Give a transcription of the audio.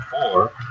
four